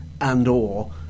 and/or